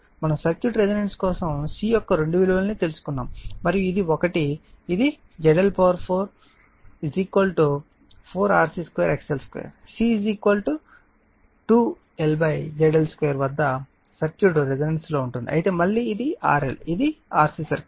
మనము circuit resonance కోసం C యొక్క రెండు విలువలను పొందాము మరియు ఇది ఒకటి ఇది ZL4 4RC2 XL2 C 2 LZL2 వద్ద సర్క్యూట్ రెసోనెన్స్ లో ఉంటుంది అయితే మళ్ళీ ఇది RL ఇది RC సర్క్యూట్